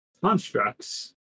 constructs